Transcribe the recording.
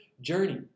journey